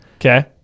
Okay